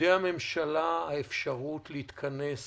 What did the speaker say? בידי הממשלה האפשרות להתכנס